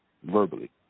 verbally